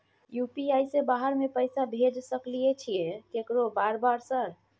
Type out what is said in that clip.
UPI से बाहर में पैसा भेज सकय छीयै केकरो बार बार सर?